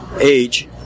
age